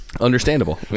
Understandable